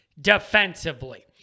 defensively